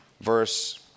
Verse